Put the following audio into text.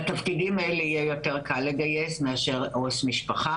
לתפקידים האלה יהיה יותר קל לגייס מאשר עו"ס משפחה.